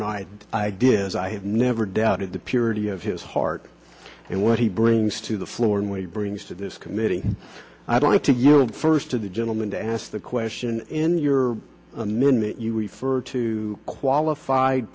did as i have never doubted the purity of his heart and what he brings to the floor and when he brings to this committee i'd like to your first to the gentleman to ask the question in your name that you refer to qualif